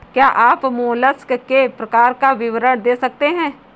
क्या आप मोलस्क के प्रकार का विवरण दे सकते हैं?